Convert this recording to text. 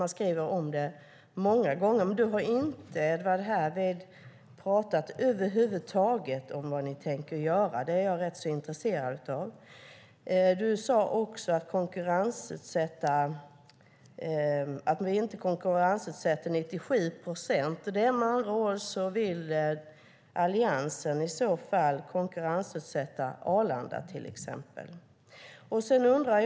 Ni skriver om det många gånger. Edward Riedl har här över huvud inte talat om vad ni tänker göra. Det är jag rätt intresserad av. Du sade också att vi inte konkurrensutsätter 97 procent. Med andra ord vill Alliansen i så fall konkurrensutsätta till exempel Arlanda. Fru talman!